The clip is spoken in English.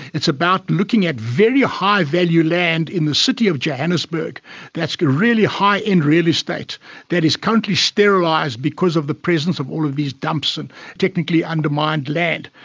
it's about looking at very high value land in the city of johannesburg that's got really high end real estate that is currently sterilised because of the presence of all of these dumps and technically undermined land.